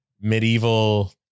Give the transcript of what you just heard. medieval